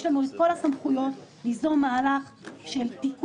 יש לנו את כל הסמכויות ליזום מהלך של תיקון